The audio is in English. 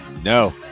no